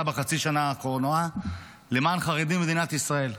בחצי השנה האחרונה למען חרדים במדינת ישראל.